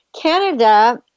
Canada